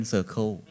Circle